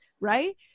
right